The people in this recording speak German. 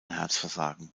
herzversagen